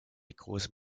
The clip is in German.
große